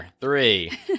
three